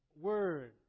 word